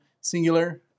singular